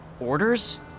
Orders